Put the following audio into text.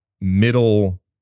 middle